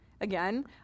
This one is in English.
Again